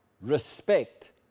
respect